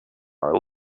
are